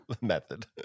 method